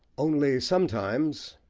only sometimes,